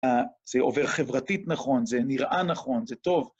זה עובר חברתית נכון, זה נראה נכון, זה טוב.